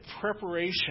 preparation